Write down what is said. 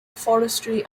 forestry